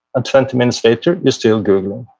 and twenty minutes later you're still googling.